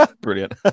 brilliant